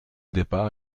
départ